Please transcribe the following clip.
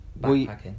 backpacking